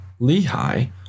Lehi